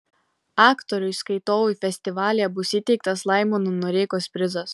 aktoriui skaitovui festivalyje bus įteiktas laimono noreikos prizas